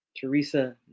Teresa